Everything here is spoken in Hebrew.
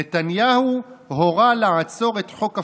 "נתניהו הורה לעצור את חוק הפייסבוק,